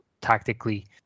tactically